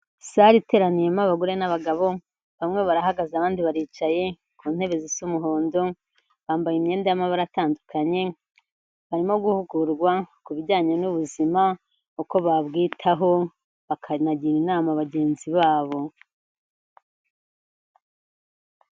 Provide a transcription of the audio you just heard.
Sare iteraniyemo abagore n'abagabo, bamwe barahagaze, abandi baricaye ku ntebe zis’umuhondo, bambaye imyenda y'amabara atandukanye, barimo guhugurwa ku bijyanye n'ubuzima, uko babwitaho bakanagira inama bagenzi babo.